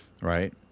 right